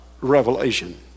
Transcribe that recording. Revelation